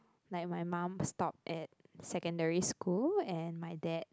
like my mum stopped at secondary school and my dad